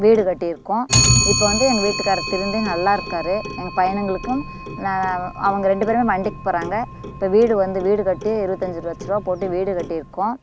வீடு கட்டியிருக்கோம் இப்போ வந்து எங்கள் வீட்டுக்காரரு திருந்தி நல்லா இருக்கார் எங்கள் பையனுங்களுக்கும் நான் அவங்க ரெண்டு பேருமே மண்டிக்கு போகிறாங்க இப்போ வீடு வந்து வீடு கட்டி இருபத்தஞ்சி லட்சருபா போட்டு வீடு கட்டியிருக்கோம்